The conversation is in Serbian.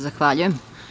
Zahvaljujem.